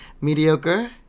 mediocre